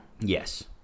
Yes